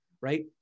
right